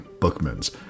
Bookman's